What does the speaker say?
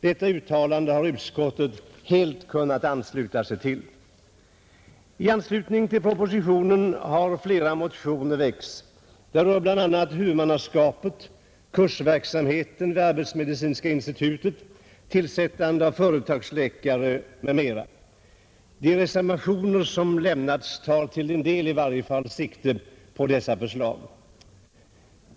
Detta uttalande har utskottet helt kunnat ansluta sig till. I anslutning till propositionen har flera motioner väckts. De rör huvudmannaskapet, kursverksamheten vid arbetsmedicinska institutet, tillsättande av företagsläkare m.m. De reservationer som lämnats tar i varje fall till en del sikte på dessa förslag.